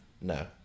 No